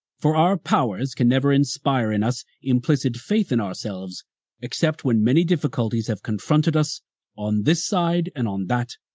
for our powers can never inspire in us implicit faith in ourselves except when many difficulties have confronted us on this side, and on that,